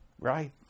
right